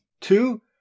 two